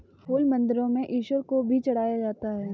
फूल मंदिरों में ईश्वर को भी चढ़ाया जाता है